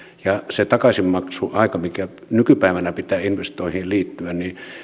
että se takaisinmaksuaika minkä nykypäivänä pitää investointeihin liittyä